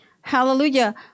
Hallelujah